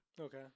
Okay